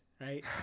right